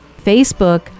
Facebook